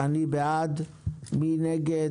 מי נגד?